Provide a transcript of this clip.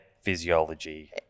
physiology